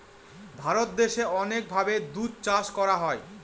ভারত দেশে অনেক ভাবে দুধ চাষ করা হয়